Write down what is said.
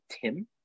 Tim